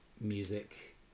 music